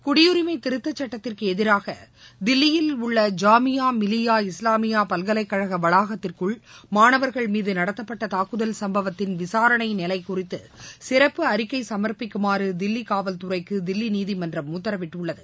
குடியுரிமை திருத்த சட்டத்திற்கு எதிராக தில்லியில் உள்ள ஜாமீயா மிலியா இஸ்லாமியா பல்கலைக் கழக வளாகத்திற்குள் மாணவர்கள் மீது நடத்தப்பட்ட தாக்குதல் சம்பவத்தின் விசாரணை நிலை குறித்து சிறப்பு அறிக்கை சமர்பிக்குமாறு தில்லி காவல்துறைக்கு தில்லி நீதிமன்றம் உத்தரவிட்டுள்ளது